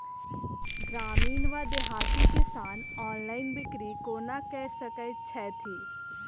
ग्रामीण वा देहाती किसान ऑनलाइन बिक्री कोना कऽ सकै छैथि?